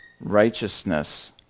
righteousness